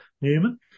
newman